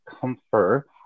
comfort